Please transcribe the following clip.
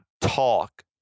talk